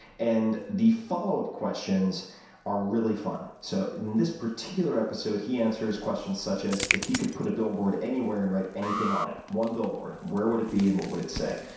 and the follow up questions are really fun. so in this particular episode, he answers questions such as if he could put a billboard anywhere and write anything on it, one billboard, where would it be and what would it say?